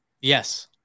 yes